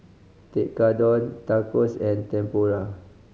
Tekkadon Tacos and Tempura